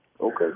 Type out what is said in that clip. Okay